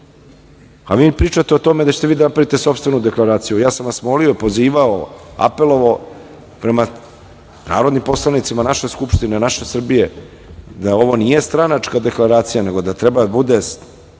a vi mi pričate o tome da ćete vi da napravite sopstvenu deklaraciju. Ja sam vas molio, pozivao, apelovao prema narodnim poslanicima naše Skupštine, naše Srbije da ovo nije stranačka deklaracija nego da treba da